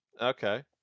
Okay